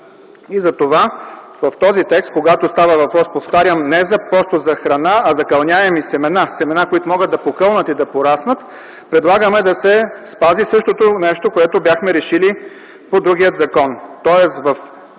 Затова в този текст, когато става въпрос, повтарям, не просто за храна, а за кълняеми семена – семена, които могат да покълнат и да пораснат, предлагаме да се спази същото нещо, което бяхме решили по другия закон.